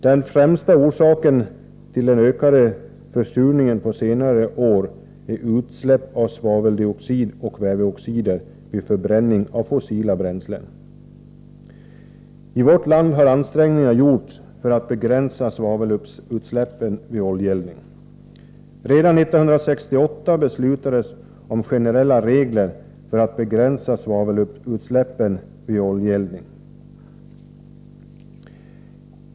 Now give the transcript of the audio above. Den främsta orsaken till den ökade försurningen på senare år är utsläpp av svaveldioxid och kväveoxider vid förbränning av fossila bränslen. I vårt land har ansträngningar gjorts för att begränsa svavelutsläppen. Redan 1968 beslutades om generella regler för att begränsa utsläppen av svavel vid oljeeldning.